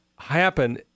happen